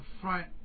front